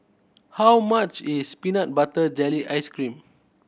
how much is peanut butter jelly ice cream